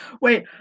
wait